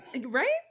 right